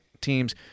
teams